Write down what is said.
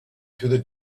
through